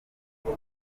baje